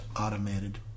automated